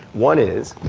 one is,